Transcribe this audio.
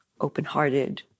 open-hearted